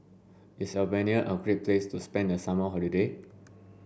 is Albania a great place to spend the summer holiday